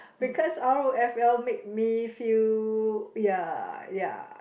because r_o_f_l make me feel ya ya